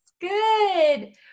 Good